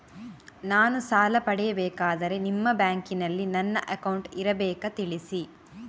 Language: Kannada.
ನಾನು ಸಾಲ ಪಡೆಯಬೇಕಾದರೆ ನಿಮ್ಮ ಬ್ಯಾಂಕಿನಲ್ಲಿ ನನ್ನ ಅಕೌಂಟ್ ಇರಬೇಕಾ ತಿಳಿಸಿ?